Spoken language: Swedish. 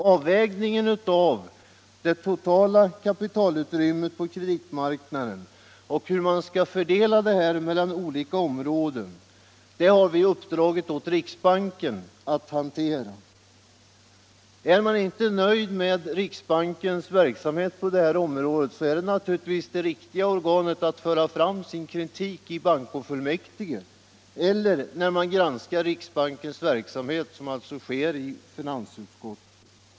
Avvägningen av det totala kapitalutrymmet på kreditmarknaden och frågan om hur fördelningen mellan olika områden skall ske har vi uppdragit åt riksbanken att hantera. Är man inte nöjd med riksbankens verksamhet på detta område, är det naturligtvis i bankofullmäktige som man skall föra fram sin kritik eller också göra det när man granskar riksbankens verksamhet — denna granskning sker i finansutskottet.